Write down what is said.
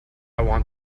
want